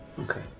Okay